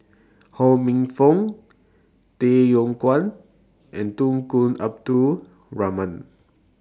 Ho Minfong Tay Yong Kwang and Tunku Abdul Rahman